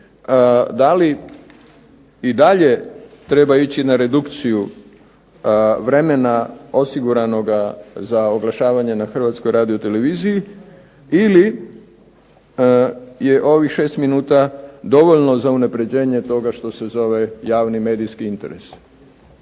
da li i dalje treba ići na redukciju vremena osiguranoga za oglašavanje na Hrvatskoj radioteleviziji ili je ovih šest minuta dovoljno za unapređenje toga što se zove javni medijski interes.